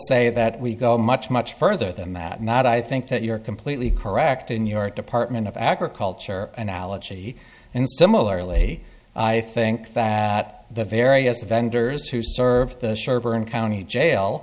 say that we go much much further than that not i think that you're completely correct in your department of agriculture analogy and similarly i think that the various vendors who serve the sherborne county jail